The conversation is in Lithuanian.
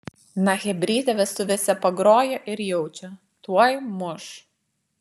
na chebrytė vestuvėse pagrojo ir jaučia tuoj muš